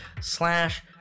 slash